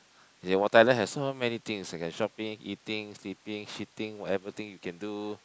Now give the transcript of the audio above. Thailand has so many things you can shopping eating sleeping shitting whatever thing you can do